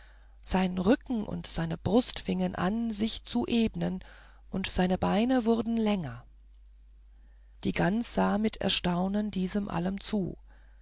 sein rücken und seine brust fingen an sich zu ebnen und seine beine wurden länger die gans sah mit erstaunen diesem allem zu